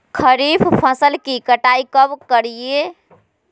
खरीफ फसल की कटाई कब करिये?